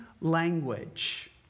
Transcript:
language